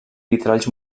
vitralls